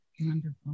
Wonderful